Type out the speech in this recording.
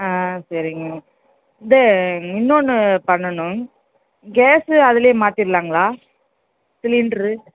ஆ சேரிங்க இது இன்னொன்று பண்ணணும் கேஸ்ஸு அதில் மாற்றிர்லாங்களா சிலிண்ட்ரு